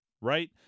right